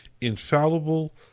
infallible